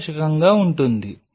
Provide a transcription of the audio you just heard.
పారదర్శకంగా ఉంటుంది